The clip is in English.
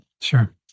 Sure